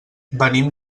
venim